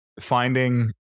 finding